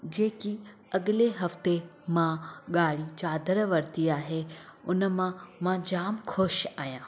जेकी अॻिले हफ़्ते मां ॻाढ़ी चादर वरिती आहे हुन मां मां जामु ख़ुशि आहियां